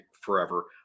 forever